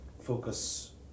focus